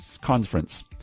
conference